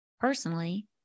Personally